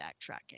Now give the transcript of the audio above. backtracking